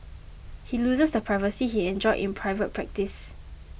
he loses the privacy he enjoyed in private practice